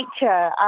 nature